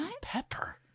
pepper